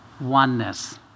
oneness